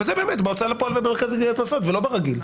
וזה באמת בהוצאה לפועל ובמרכז לגביית קנסות ולא ברגיל.